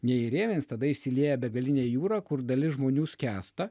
neįrėmins tada išsilieja begalinė jūra kur dalis žmonių skęsta